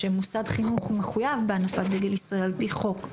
כשמוסד חינוך מחויב בהנפת דגל ישראל על פי חוק,